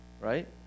right